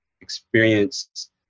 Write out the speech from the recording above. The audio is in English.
experience